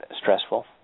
stressful